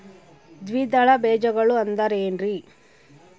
ದ್ವಿದಳ ಬೇಜಗಳು ಅಂದರೇನ್ರಿ?